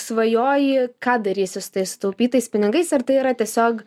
svajoji ką darysi su tais sutaupytais pinigais ar tai yra tiesiog